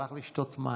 הלך לישון.